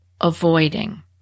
avoiding